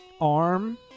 arm